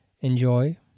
Enjoy